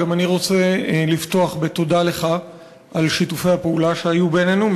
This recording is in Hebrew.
גם אני רוצה לפתוח בתודה לך על שיתופי הפעולה שהיו בינינו,